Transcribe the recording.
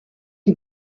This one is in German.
die